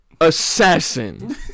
assassin